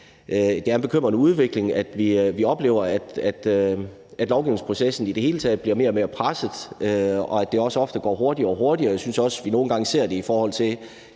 Det er en bekymrende udvikling, at vi oplever, at lovgivningsprocessen i det hele taget bliver mere og mere presset, og at det også ofte går hurtigere og hurtigere. Jeg synes også, vi nogle gange ser det, i forhold til